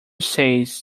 says